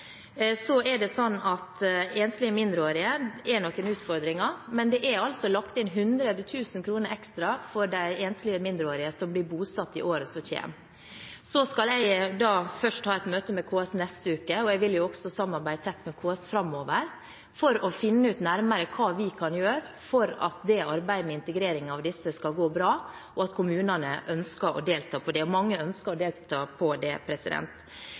er det noen utfordringer med enslige mindreårige, men det er lagt inn 100 000 kr ekstra for de enslige mindreårige som blir bosatt i årene som kommer. Så skal jeg ha et møte med KS neste uke, og jeg vil også samarbeide tett med KS framover for å finne nærmere ut hva vi kan gjøre for at arbeidet med integrering av disse skal gå bra, og for at kommunene skal ønske å delta i det arbeidet – og mange ønsker å delta.